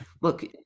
look